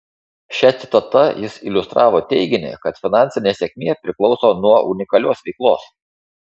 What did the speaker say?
šia citata jis iliustravo teiginį kad finansinė sėkmė priklauso nuo unikalios veiklos